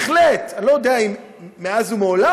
שבהחלט אני לא יודע אם מאז ומעולם,